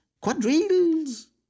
Quadrilles